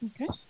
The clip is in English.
Okay